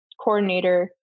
coordinator